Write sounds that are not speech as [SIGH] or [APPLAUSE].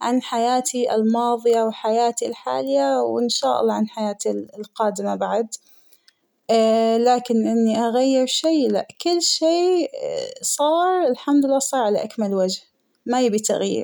عن حياتى الماضية وحياتى الحالية ، وإن شاء الله عن حياتى القادمة بعد [HESITATION] لكن إنى أغير شى لا كل شى صارالحمد لله صار على أكمل وجه ، ما يبى تغيير.